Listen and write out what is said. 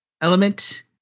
element